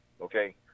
Okay